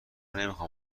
نمیخام